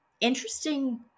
interesting